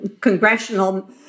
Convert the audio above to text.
congressional